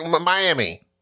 Miami